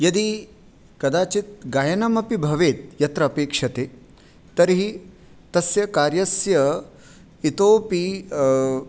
यदि कदाचित् गायनमपि भवेत् यत्र अपेक्ष्यते तर्हि तस्य कार्यस्य इतोऽपि